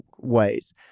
Ways